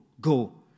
go